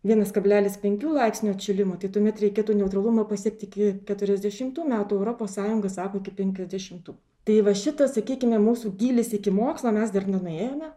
vienas kablelis penkių laipsnių atšilimo tik tuomet reikėtų neutralumą pasiekt iki keturiasdešimtų metų europos sąjunga sako iki penkiasdešimtų tai va šitą sakykime mūsų gylis iki mokslo mes dar nenuėjome